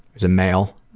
who's a male,